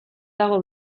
dago